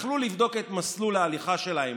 יכלו לבדוק את מסלול ההליכה שלהם,